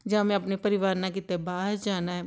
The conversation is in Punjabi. ਜਾਂ ਮੈਂ ਆਪਣੇ ਪਰਿਵਾਰ ਨਾਲ ਕਿਤੇ ਬਾਹਰ ਜਾਣਾ